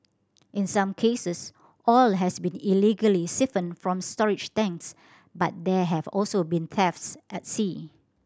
in some cases oil has been illegally siphoned from storage tanks but there have also been thefts at sea